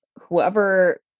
whoever